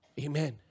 Amen